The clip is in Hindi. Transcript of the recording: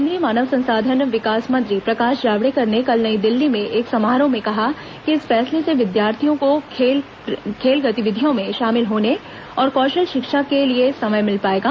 केंद्रीय मानव संसाधन विकास मंत्री प्रकाश जावड़ेकर ने कल नई दिल्ली में एक समारोह में कहा कि इस फैसले से विद्यार्थियों को खेल गतिविधियों में शामिल होने और कौशल शिक्षा के लिए समय मिल पाएगा